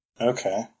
Okay